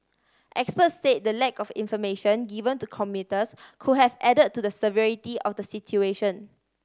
experts say the lack of information given to commuters could have add to the severity of the situation